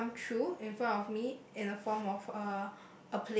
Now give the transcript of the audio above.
uh come true in front of me in a form of uh